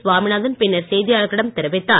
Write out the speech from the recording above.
சுவாமிநாதன் பின்னர் செய்தியாளர்களிடம் தெரிவித்தார்